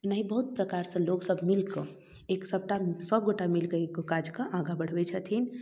एनाहिए बहुत प्रकारसँ लोकसभ मिलिकऽ एक सभगोटा मिलिकऽ ई काजके आगा बढ़बै छथिन